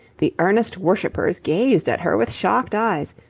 the earnest worshippers gazed at her with shocked eyes,